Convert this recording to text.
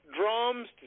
drums